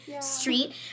street